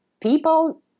People